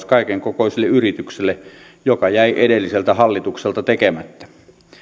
kaikenkokoisille yrityksille joka jäi edelliseltä hallitukselta tekemättä